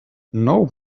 know